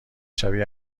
شبیه